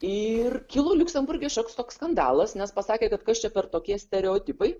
ir kilo liuksemburge šioks toks skandalas nes pasakė kad kas čia per tokie stereotipai